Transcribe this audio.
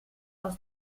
aus